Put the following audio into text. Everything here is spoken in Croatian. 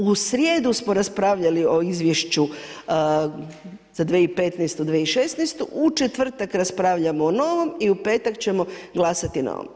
U srijedu smo raspravljali o izvješću za 2015., 2016., u četvrtak raspravljamo o novom i u petak ćemo glasati na ovom.